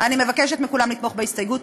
אני מבקשת מכולם לתמוך בהסתייגות.